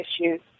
issues